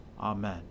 Amen